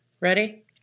Ready